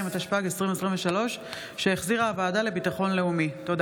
שבעה בעד, שניים נגד.